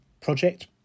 project